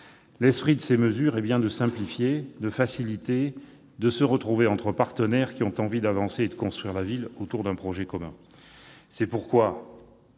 L'esprit de ces mesures est bien de simplifier, de faciliter, de se retrouver entre partenaires qui ont envie d'avancer et de construire la ville autour d'un projet commun. C'est pourquoi